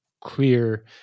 clear